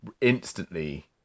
instantly